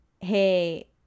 hey